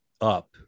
up